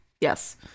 Yes